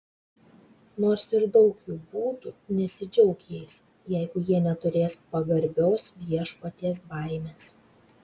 nors ir daug jų būtų nesidžiauk jais jeigu jie neturi pagarbios viešpaties baimės